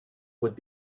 would